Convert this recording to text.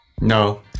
No